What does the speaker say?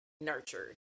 nurtured